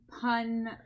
pun